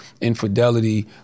infidelity